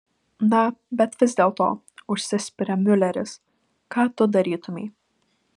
na bet vis dėlto užsispiria miuleris ką tu darytumei